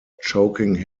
choking